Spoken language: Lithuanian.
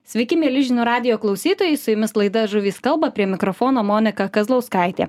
sveiki mieli žinių radijo klausytojai su jumis laida žuvys kalba prie mikrofono monika kazlauskaitė